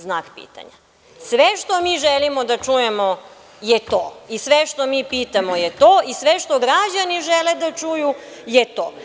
Sve što mi želimo da čujemo je to i sve što mi pitamo je to i sve što građani žele da čuju je to.